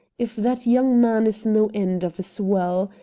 if that young man is no end of a swell.